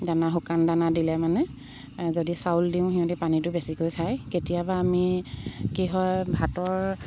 দানা শুকান দানা দিলে মানে যদি চাউল দিওঁ সিহঁতে পানীটো বেছিকৈ খায় কেতিয়াবা আমি কি হয় ভাতৰ